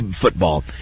football